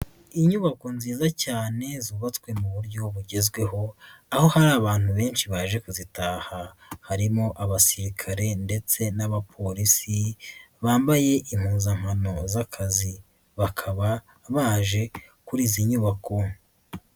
Inyubako nziza cyane zubatswe mu buryo bugezweho, aho hari abantu benshi baje kuzitaha. Harimo abasirikare ndetse n'abapolisi bambaye impuzankano z'akazi, bakaba baje kuri izi nyubako.